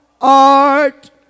art